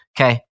Okay